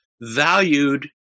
valued